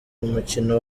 mukino